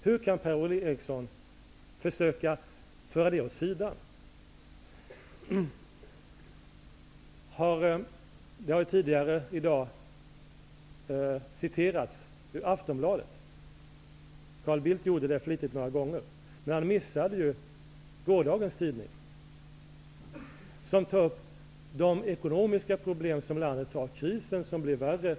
Hur kan Per-Ola Eriksson försöka föra det åt sidan? Det har tidigare i dag citerats ur Aftonbladet. Carl Bildt gjorde det flitigt, men han missade gårdagens tidning. Där tar man upp landets ekonomiska problem och krisen på arbetsmarknaden, som blir värre.